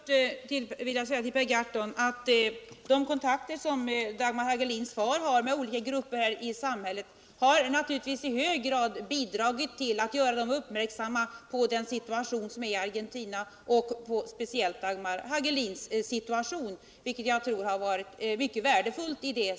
Herr talman! Till att börja med vill jag säga till Per Gahrton att de kontakter som Dagmar Hagelins far har med olika grupper i samhället naturligtvis i hög grad har bidragit till att göra dem uppmärksamma på situationen i Argentina och speciellt Dagmar Hagelins situation, vilket jag tror har varit mycket värdefullt.